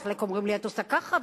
וחלק אומרים שאת עושה ככה,